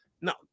No